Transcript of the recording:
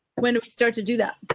when do we start to do that?